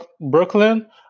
Brooklyn